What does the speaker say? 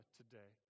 today